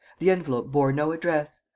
the envelope bore no address.